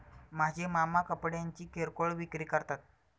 माझे मामा कपड्यांची किरकोळ विक्री करतात